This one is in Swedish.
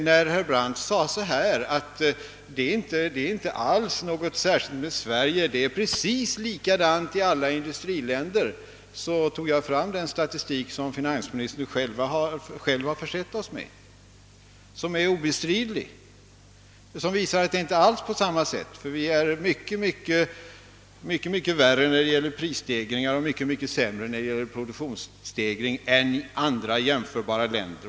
När herr Brandt sade att det inte alls var något särskilt med Sverige och att det var precis likadant i alla industriländer, tog jag fram den statistik som finansministern har försett oss med och som är obestridlig. Den visar att det inte alls är på samma sätt. Vi har det mycket värre när det gäller prisstegringar och mycket sämre när det gäller produktionsstegring än andra, jämförbara länder.